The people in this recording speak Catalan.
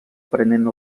prenent